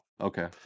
Okay